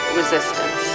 resistance